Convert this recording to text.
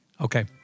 Okay